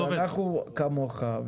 אנחנו כמוך,